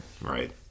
Right